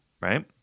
right